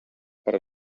per